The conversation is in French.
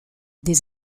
des